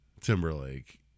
Timberlake